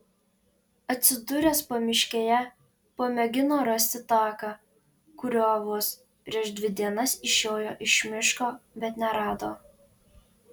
atsidūręs pamiškėje pamėgino rasti taką kuriuo vos prieš dvi dienas išjojo iš miško bet nerado